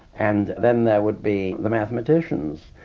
and then there would be the mathematicians,